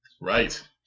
Right